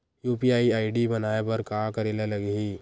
UPI ID बनाये बर का करे ल लगही?